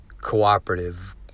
cooperative